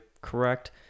correct